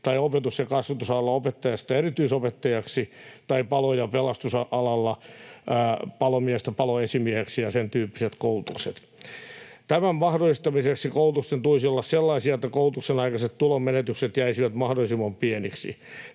tai opetus- ja kasvatusalalla opettajasta erityisopettajaksi tai palo- ja pelastusalalla palomiehestä paloesimieheksi ja sen tyyppiset koulutukset. Tämän mahdollistamiseksi koulutusten tulisi olla sellaisia, että koulutuksenaikaiset tulonmenetykset jäisivät mahdollisimman pieniksi.